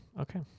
okay